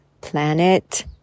planet